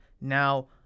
now